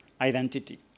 identity